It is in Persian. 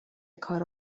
کار